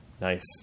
Nice